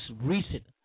recent